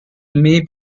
may